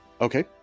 Okay